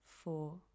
four